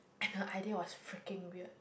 and her idea was freaking weird